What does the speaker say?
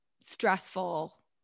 stressful